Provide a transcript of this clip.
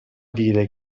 dire